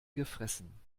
gefressen